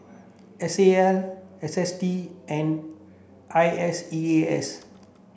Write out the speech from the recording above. S A L S S T and I S E A S